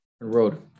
road